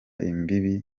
imbibi